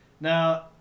Now